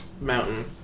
Mountain